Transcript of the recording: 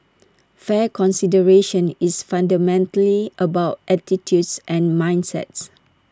fair consideration is fundamentally about attitudes and mindsets